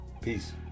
Peace